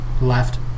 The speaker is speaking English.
left